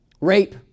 rape